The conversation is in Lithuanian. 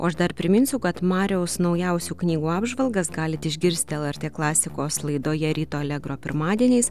o aš dar priminsiu kad mariaus naujausių knygų apžvalgas galit išgirsti lrt klasikos laidoje ryto allegro pirmadieniais